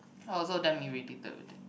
I also damn irritated with them